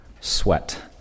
sweat